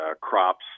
crops